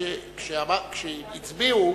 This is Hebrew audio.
כשהצביעו